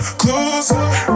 closer